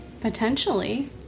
Potentially